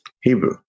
Hebrew